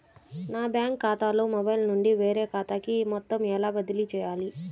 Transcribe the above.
నా బ్యాంక్ ఖాతాలో మొబైల్ నుండి వేరే ఖాతాకి మొత్తం ఎలా బదిలీ చేయాలి?